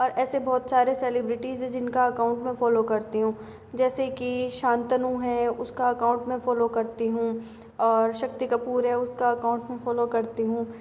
और ऐसे बहुत सारे सेलिब्रिटीज़ हैं जिनका अकाउंट में फ़ोलो करती हूँ जैसे कि शांतनु है उसका अकाउंट में फ़ोलो करती हूँ और शक्ति कपूर है उसका अकाउंट में फ़ोलो करती हूँ